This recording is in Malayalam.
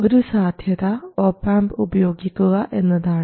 ഒരു സാധ്യത ഒപ് ആംപ് ഉപയോഗിക്കുക എന്നതാണ്